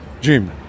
Jim